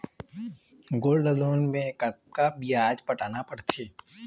Gold loan मे कतका ब्याज पटाना पड़थे?